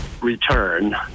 return